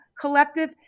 Collective